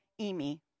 emi